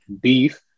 beef